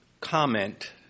comment